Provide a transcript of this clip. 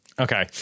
Okay